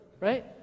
Right